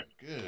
good